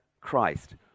Christ